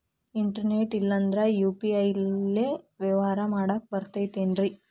Internet ಇಲ್ಲಂದ್ರ UPI ಲೇ ವ್ಯವಹಾರ ಮಾಡಾಕ ಬರತೈತೇನ್ರೇ?